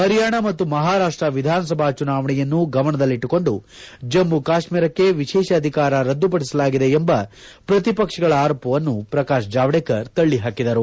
ಹರಿಯಾಣ ಮತ್ತು ಮಹಾರಾಷ್ಷ ವಿಧಾನಸಭಾ ಚುನಾವಣೆಯನ್ನು ಗಮನದಲ್ಲಿಟ್ಲುಕೊಂಡು ಜಮ್ನು ಕಾಶ್ಮೀರಕ್ಕೆ ವಿಶೇಷ ಅಧಿಕಾರ ರದ್ದುಪಡಿಸಲಾಗಿದೆ ಎಂಬ ಪ್ರತಿಪಕ್ಷಗಳ ಆರೋಪವನ್ನು ಪ್ರಕಾಶ್ ಜಾವಡೇಕರ್ ತಳ್ಳಹಾಕಿದರು